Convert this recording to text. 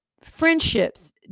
friendships